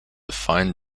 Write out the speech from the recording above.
find